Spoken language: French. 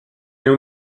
néo